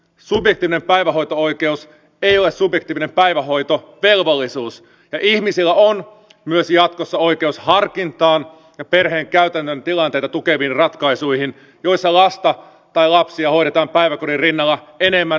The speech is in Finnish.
subjektiivinen päivähoito oikeus ei ole subjektiivinen päivähoitovelvollisuus ja ihmisillä on myös jatkossa oikeus harkintaan ja perheen käytännön tilanteita tukeviin ratkaisuihin joissa lasta tai lapsia hoidetaan päiväkodin rinnalla enemmän myös kotona